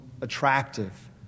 attractive